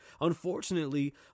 unfortunately